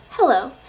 Hello